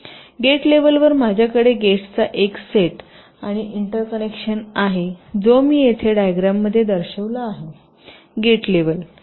gate लेव्हलवर माझ्याकडे गेट्सचा एक सेट आणि इंटरकनेक्शन आहे जो मी येथे डायग्रॅममध्ये दर्शविला आहे गेट लेव्हल